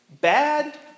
bad